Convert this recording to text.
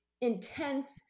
intense